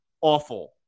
awful